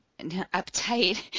uptight